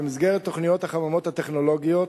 במסגרת תוכנית החממות הטכנולוגיות,